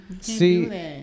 See